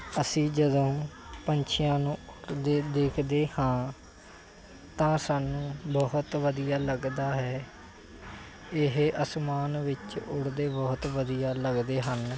ਅਸੀਂ ਜਦੋਂ ਪੰਛੀਆਂ ਨੂੰ ਦੇ ਦੇਖਦੇ ਹਾਂ ਤਾਂ ਸਾਨੂੰ ਬਹੁਤ ਵਧੀਆ ਲੱਗਦਾ ਹੈ ਇਹ ਅਸਮਾਨ ਵਿੱਚ ਉੱਡਦੇ ਬਹੁਤ ਵਧੀਆ ਲੱਗਦੇ ਹਨ